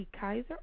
Kaiser